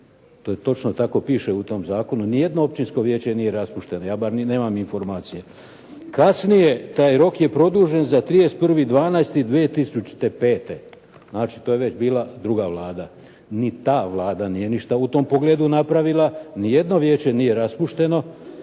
To je točno tako piše u tom zakonu. Nijedno općinsko vijeće nije raspušteno. Ja barem nemam informacije. Kasnije taj rok je produžen za 31. 12. 2005. znači to je već bila druga Vlada. Ni ta Vlada nije ništa u tom pogledu napravila. Nijedno vijeće nije raspušteno.